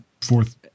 fourth